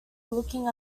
looking